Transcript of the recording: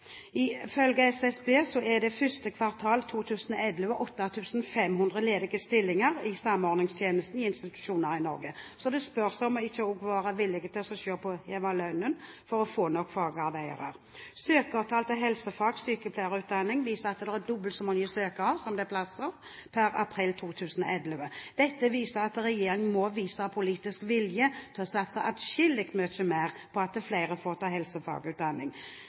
Ifølge SSB er det i 1. kvartal 2011 8 500 ledige stillinger i omsorgstjenesten i institusjoner i Norge. Så det spørs om en ikke også må være villige til å se på om man kan heve lønnen for å få nok fagarbeidere. Søkertall til helsefag, sykepleierutdanning, viser at det er over dobbelt så mange søkere som det er plasser per april 2011. Dette viser at regjeringen må vise politisk vilje til å satse atskillig mer på at flere får ta